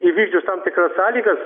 įvykdžius tam tikras sąlygas